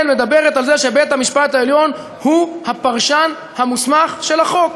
מדברת על זה שבית-המשפט העליון הוא הפרשן המוסמך של החוק,